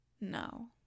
No